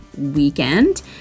weekend